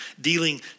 dealing